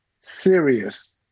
serious